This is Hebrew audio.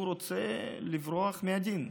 רוצה לברוח מהדין?